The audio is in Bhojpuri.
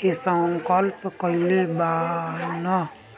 के संकल्प कइले बानअ